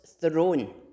throne